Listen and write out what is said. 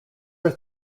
are